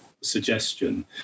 suggestion